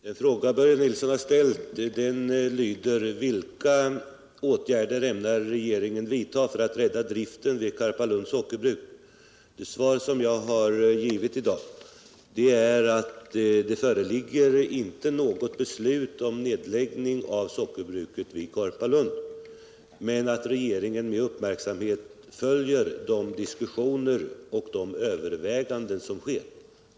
Herr talman! Den fråga Börje Nilsson ställt lyder: Vilka åtgärder ämnar regeringen vidta för att rädda driften vid Karpalunds sockerbruk? Jag har i dag svarat att det inte föreligger något beslut om nedläggning av sockerbruket i Karpalund men att regeringen med uppmärksamhet följer de diskussioner och överväganden som sker.